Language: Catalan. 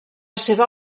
seva